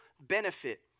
benefit